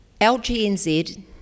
LGNZ